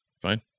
Fine